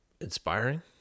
inspiring